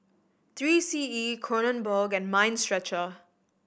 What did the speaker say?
Three C E Kronenbourg and Mind Stretcher